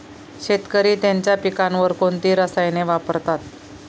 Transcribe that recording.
शेतकरी त्यांच्या पिकांवर कोणती रसायने वापरतात?